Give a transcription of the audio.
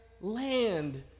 land